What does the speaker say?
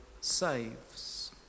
saves